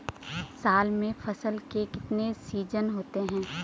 साल में फसल के कितने सीजन होते हैं?